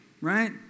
right